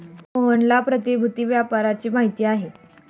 मोहनला प्रतिभूति व्यापाराची माहिती आहे